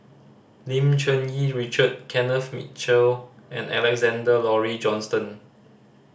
Lim Cherng Yih Richard Kenneth Mitchell and Alexander Laurie Johnston